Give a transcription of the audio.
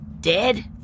dead